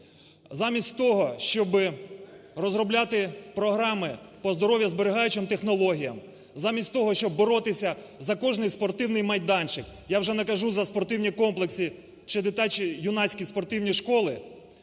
Замість того, щоби розробляти програми поздоров'язберігаючим технологіям, замість того, щоб боротися за кожен спортивний майданчик, я вже не кажу за спортивні комплекси чи дитячі юнацькі спортивні школи.